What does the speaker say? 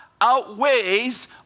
outweighs